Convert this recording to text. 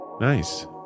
Nice